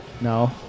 No